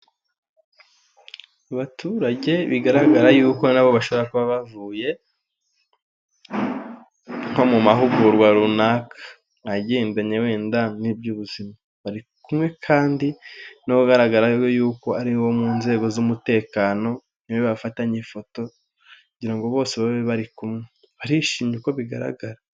Abaturage bigaragara yuko na bo bashobora kuba bavuye nko mu mahugurwa runaka, agendanye wenda n'iby'ubuzima, bari kumwe kandi n'ugaragara yuko ari uwo mu nzego z'umutekano, ni we bafatanya ifoto kugira ngo bose babe bari kumwe, barishimye uko bigaragara.